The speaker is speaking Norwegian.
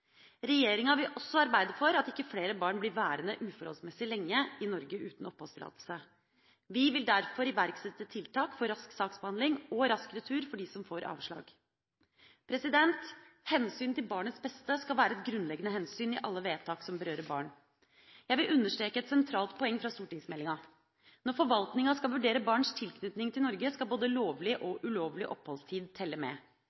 Regjeringa vil også arbeide for at ikke flere barn blir værende uforholdsmessig lenge i Norge uten oppholdstillatelse. Vi vil derfor iverksette tiltak for rask saksbehandling og rask retur for dem som får avslag. Hensynet til barnets beste skal være et grunnleggende hensyn i alle vedtak som berører barn. Jeg vil understreke et sentralt poeng fra stortingsmeldinga: Når forvaltninga skal vurdere barns tilknytning til Norge, skal både lovlig og ulovlig oppholdstid telle med.